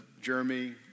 Jeremy